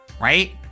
Right